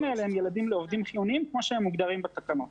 האלה הם ילדים לעובדים חיוניים כפי שהם מוגדרים בתקנות.